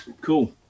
cool